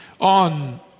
on